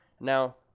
Now